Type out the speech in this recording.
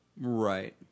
Right